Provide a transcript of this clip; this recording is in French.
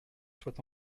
soit